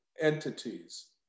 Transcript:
entities